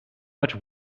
much